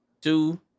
two